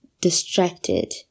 distracted